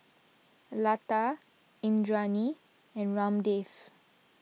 Lata Indranee and Ramdev